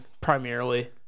primarily